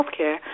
healthcare